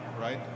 right